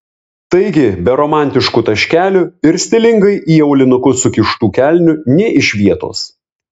taigi be romantiškų taškelių ir stilingai į aulinukus sukištų kelnių nė iš vietos